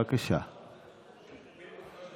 על גבעות גולן, זה ככה יותר,